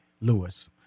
Lewis